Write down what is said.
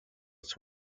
its